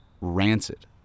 rancid